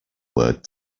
word